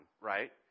right